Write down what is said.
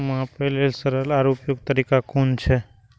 मापे लेल सरल आर उपयुक्त तरीका कुन छै?